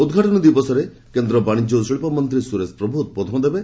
ଉଦ୍ଘାଟନୀ ଦିବସରେ କେନ୍ଦ୍ର ବାଣିଜ୍ୟ ଓ ଶିଳ୍ପ ମନ୍ତ୍ରୀ ସୁରେଶ ପ୍ରଭୁ ଉଦ୍ବୋଧନ ଦେବେ